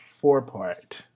four-part